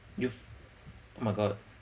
you've oh my god